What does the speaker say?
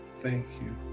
thank you,